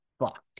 fuck